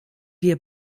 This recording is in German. wir